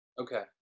Okay